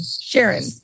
Sharon